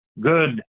good